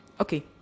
okay